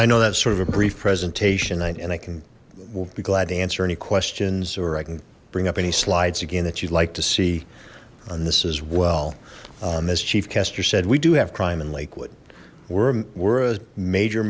i know that's sort of a brief presentation and i can will be glad to answer any questions or i can bring up any slides again that you'd like to see and this as well as chief caster said we do have crime in lakewood we're a major